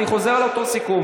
אני חוזר על אותו הסיכום,